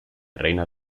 reina